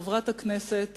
חברת הכנסת